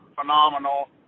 phenomenal